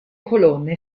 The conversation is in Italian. colonne